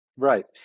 Right